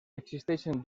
existeixen